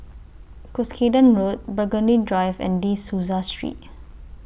Cuscaden Road Burgundy Drive and De Souza Street